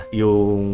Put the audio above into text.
yung